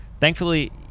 Thankfully